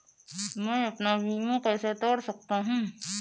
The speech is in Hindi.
मैं अपना बीमा कैसे तोड़ सकता हूँ?